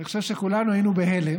אני חושב שכולנו היינו בהלם.